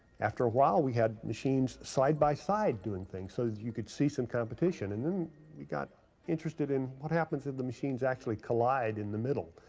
after a while, we had machines, side by side, doing things, so you could see some competition. and then we got interested in what happens if the machines actually collide in the middle,